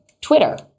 Twitter